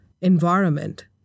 environment